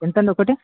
ఎంత ఒకటి